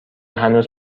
هنوز